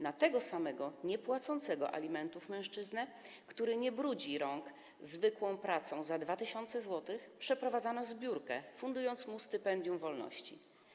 Na tego samego, niepłacącego alimentów mężczyznę, który nie brudzi rąk zwykłą pracą za 2 tys. zł, przeprowadzano zbiórkę, fundując mu stypendium wolności.